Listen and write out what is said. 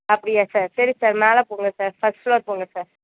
அப்படியா சார் சரி சார் மேலே போங்க சார் ஃபஸ்ட் ஃப்ளோர் போங்க சார்